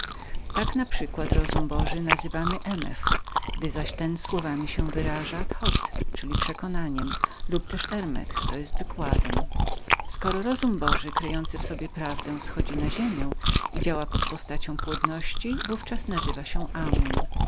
tak naprzykład myśl bożą nazywany emeth gdy zaś takowa słowami się wyobraża nazywamy ją toth czyli przekonaniem lub też armeth to jest wykładem skoro myśl boża zawierająca prawdę schodzi na ziemię i wprowadza w działalność siłę płodności w ówczas nazywa się ammoun